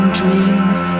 dreams